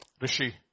Rishi